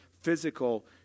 physical